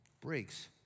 breaks